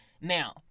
Now